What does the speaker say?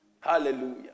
Hallelujah